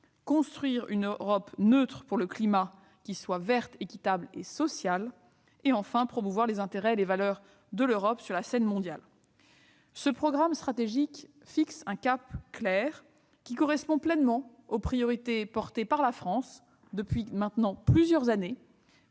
construire une Europe neutre pour le climat, verte, équitable et sociale ; et promouvoir les intérêts et les valeurs de l'Europe sur la scène mondiale. Ce programme stratégique fixe ainsi un cap clair, qui correspond pleinement aux priorités défendues par la France depuis maintenant plusieurs années,